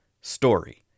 story